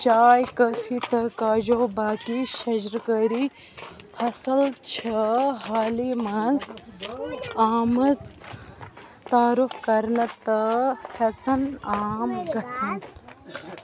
چاے کٲفی تہٕ کاجوٗ باقی شَجرٕ کٲری فصٕل چھا حالی منٛز آمٕژ تعارُف کرنہٕ تہٕ ہٮ۪ژَن عام گژھٕنۍ